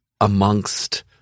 amongst